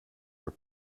were